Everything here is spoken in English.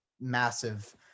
massive